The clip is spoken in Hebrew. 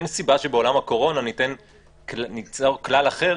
אין סיבה שבעולם הקורונה ניצור כלל אחר,